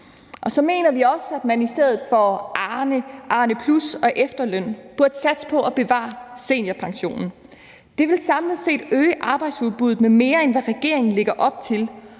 Og så mener vi også, at man i stedet for Arnepension, Arnepluspension og efterløn burde satse på at bevare seniorpensionen. Det ville samlet set øge arbejdsudbuddet med mere, end hvad regeringen lægger op til,